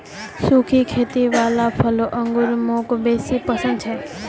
सुखी खेती वाला फलों अंगूर मौक बेसी पसन्द छे